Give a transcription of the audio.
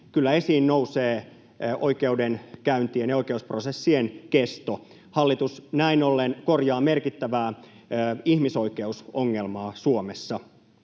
kyllä esiin nousee oikeudenkäyntien ja oikeusprosessien kesto. Hallitus näin ollen korjaa merkittävää ihmisoikeusongelmaa Suomessa.